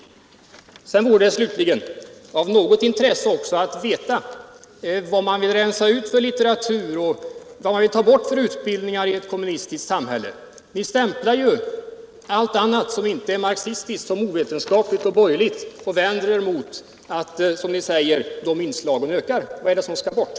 Nr 150 Slutligen vore det också av intresse att veta vad man vill rensa ut för Onsdagen den Htteratur och ta bort för utbildningar i ett kommunistiskt samhälle. Ni 24 maj 1978 stämplar allt som inte är marxistiskt som ovetenskapligt och borgerligt och påstår att de inslagen ökar. Vad är det som skall bort?